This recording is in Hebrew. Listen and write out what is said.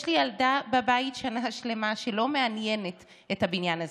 יש לי ילדה בבית שנה שלמה שלא מעניינת את הבניין הזה.